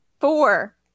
Four